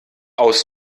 aus